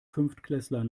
fünftklässler